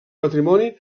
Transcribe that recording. matrimoni